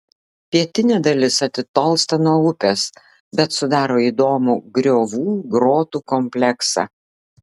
pietinė dalis atitolsta nuo upės bet sudaro įdomų griovų grotų kompleksą